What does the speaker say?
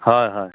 হয় হয়